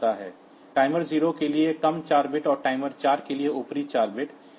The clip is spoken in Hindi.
टाइमर 0 के लिए कम 4 बिट्स और टाइमर 4 के लिए ऊपरी 4 बिट्स